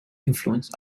influence